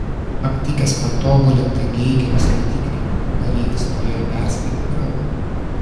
aptikęs patobulintą geigerio skaitiklį kareivis norėjo perspėti draugą